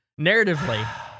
narratively